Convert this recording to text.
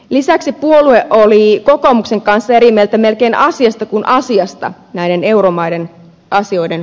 lisäksi puolue oli kokoomuksen kanssa eri mieltä melkein asiasta kuin asiasta euromaiden asioissa